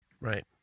Right